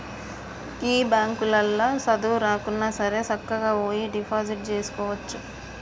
గీ బాంకులల్ల సదువు రాకున్నాసరే సక్కగవోయి డిపాజిట్ జేసుకోవచ్చు